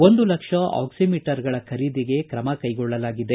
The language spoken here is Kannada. ಒಂದು ಲಕ್ಷ ಆಕ್ಷಿಮೀಟರ್ಗಳ ಖರೀದಿಗೆ ಕ್ರಮ ಕೈಗೊಳ್ಳಲಾಗಿದೆ